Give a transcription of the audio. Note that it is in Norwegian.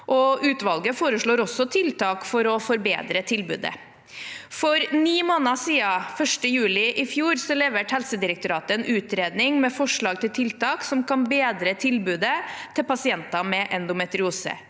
utvalget foreslår også tiltak for å forbedre tilbudet. For ni måneder siden, 1. juli i fjor, leverte Helsedirektoratet en utredning med forslag til tiltak som kan bedre tilbudet til pasienter med endometriose.